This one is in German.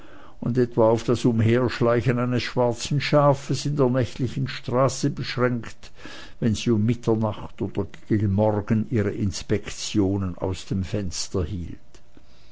und etwa auf das umherschleichen eines schwarzen schafes in der nächtlichen straße beschränkt wenn sie um mitternacht oder gegen morgen ihre inspektionen aus dem fenster hielt